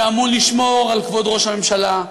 שאמון לשמור על כבוד ראש הממשלה,